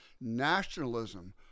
nationalism